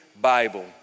Bible